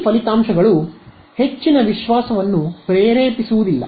ಈ ಫಲಿತಾಂಶಗಳು ಹೆಚ್ಚಿನ ವಿಶ್ವಾಸವನ್ನು ಪ್ರೇರೇಪಿಸುವುದಿಲ್ಲ